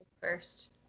first